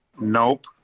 Nope